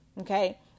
okay